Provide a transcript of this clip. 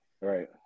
right